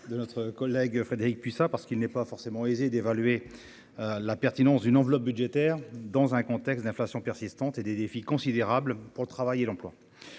de notre collègue, Frédérique Puissat, parce qu'il n'est pas forcément aisé d'évaluer la pertinence d'une enveloppe budgétaire dans un contexte d'inflation persistante et des défis considérables pour le travail et l'emploi,